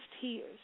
tears